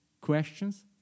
questions